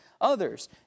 others